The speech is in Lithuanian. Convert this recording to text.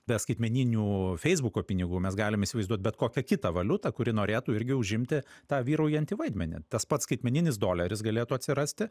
be skaitmeninių feisbuko pinigų mes galim įsivaizduot bet kokią kitą valiutą kuri norėtų irgi užimti tą vyraujantį vaidmenį tas pats skaitmeninis doleris galėtų atsirasti